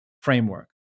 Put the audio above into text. framework